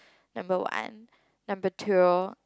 number one number two